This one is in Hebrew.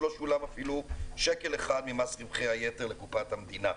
לא שולם אפילו שקל אחד ממס רווחי היתר לקופת המדינה.